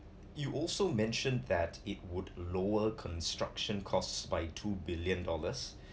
you also mentioned that it would lower construction costs by two billion dollars